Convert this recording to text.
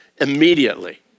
immediately